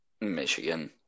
Michigan